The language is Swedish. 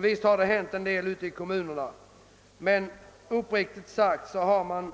Visst har det hänt en del ute i kommunerna. Men uppriktigt sagt har man